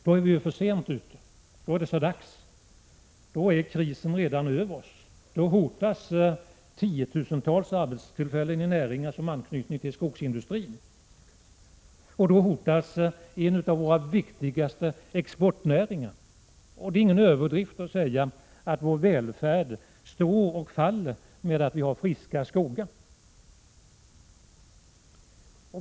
Då är vi för sent ute — krisen är redan över oss. Då hotas tiotusentals arbetstillfällen i näringar med anknytning till skogsindustrin, liksom också en av våra viktigaste exportnäringar. Det är ingen överdrift att säga att vår välfärd står och faller med att vi har friska skogar.